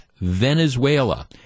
venezuela